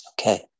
Okay